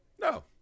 no